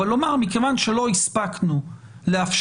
אבל לומר: מכיוון שלא הספקנו לאפשר